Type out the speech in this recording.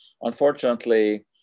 Unfortunately